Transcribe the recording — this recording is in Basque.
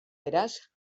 beraz